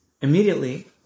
immediately